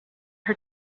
her